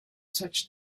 such